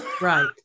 Right